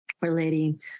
relating